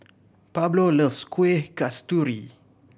Pablo loves Kuih Kasturi